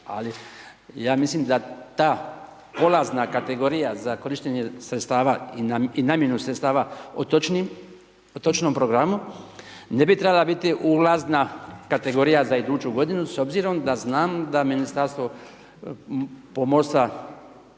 ali ja mislim da ta polazna kategorija za korištenje sredstava i namjenu sredstava otočnim, otočnom programu ne bi trebala biti ulazna kategorija za iduću godinu s obzirom da znam da Ministarstvo pomorstva,